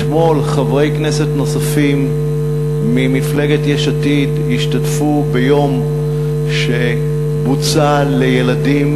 אתמול חברי כנסת נוספים ממפלגת יש עתיד השתתפו ביום שבוצע לילדים,